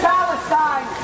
Palestine